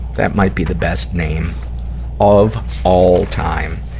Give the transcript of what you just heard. that might be the best name of all time.